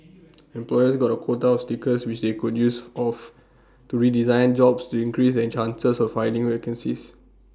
employers got A quota of stickers which they could use of to redesign jobs to increase their chances of filling vacancies